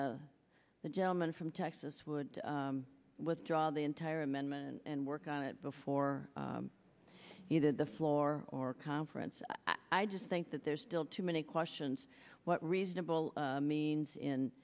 that the gentleman from texas would withdraw the entire amendment and work on it before he did the floor or conference i just think that there's still too many questions what reasonable means in